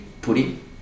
pudding